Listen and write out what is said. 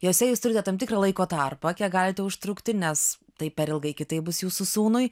jose jūs turite tam tikrą laiko tarpą kiek galite užtrukti nes tai per ilgai kitaip bus jūsų sūnui